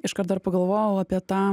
iškart dar pagalvojau apie tą